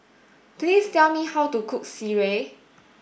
please tell me how to cook Sireh